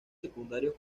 secundarios